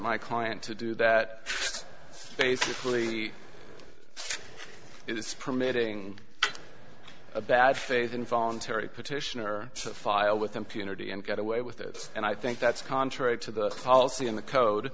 my client to do that basically it's permitting a bad faith involuntary petitioner to file with impunity and get away with it and i think that's contrary to the policy in the code